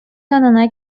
янына